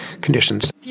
conditions